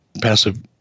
passive